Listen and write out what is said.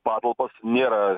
patalpas nėra